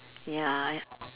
ya I